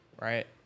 right